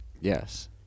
Yes